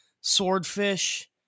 swordfish